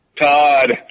Todd